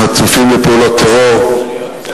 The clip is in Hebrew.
חשופים לפעולות טרור,